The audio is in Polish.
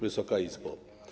Wysoka Izbo!